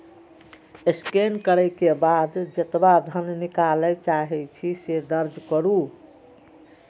scan करै के बाद जेतबा धन निकालय चाहै छी, से दर्ज करू